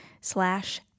slash